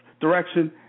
direction